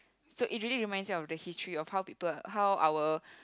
so it really reminds me of the history of how people how our